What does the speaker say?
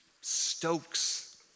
stokes